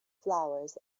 flowers